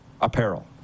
apparel